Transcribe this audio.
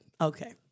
Okay